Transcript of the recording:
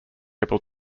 able